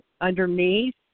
underneath